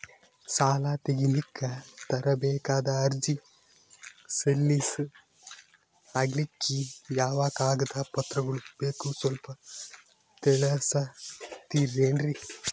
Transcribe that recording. ಸಾಲ ತೆಗಿಲಿಕ್ಕ ತರಬೇಕಾದ ಅರ್ಜಿ ಸಲೀಸ್ ಆಗ್ಲಿಕ್ಕಿ ಯಾವ ಕಾಗದ ಪತ್ರಗಳು ಬೇಕು ಸ್ವಲ್ಪ ತಿಳಿಸತಿರೆನ್ರಿ?